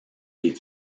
des